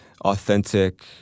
authentic